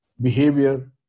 behavior